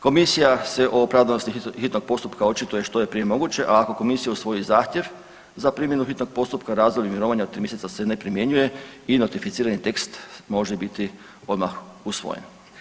Komisija se o opravdanosti hitnog postupka očituje što je prije moguće, a ako Komisija usvoji zahtjev za primjenu hitnog postupka razdoblje mirovanja od tri mjeseca se ne primjenjuje i notificirani tekst može biti odmah usvojen.